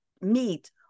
meet